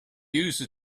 used